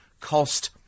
cost